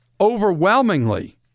overwhelmingly